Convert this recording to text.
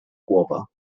głowa